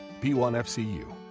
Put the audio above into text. P1FCU